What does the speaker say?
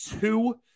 two